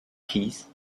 keys